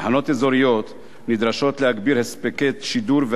תחנות אזוריות נדרשות להגביר הספקי שידור,